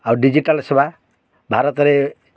ଆଉ ଡିଜିଟାଲ୍ ସେବା ଭାରତରେ